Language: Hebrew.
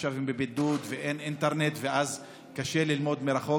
שעכשיו הם בבידוד ואין אינטרנט ואז קשה ללמוד מרחוק.